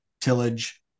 tillage